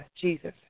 Jesus